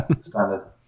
standard